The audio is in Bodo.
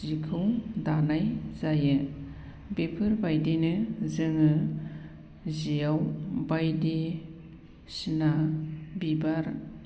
जिखौ दानाय जायो बेफोरबायदिनो जोङो जियाव बायदिसिना बिबार